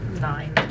nine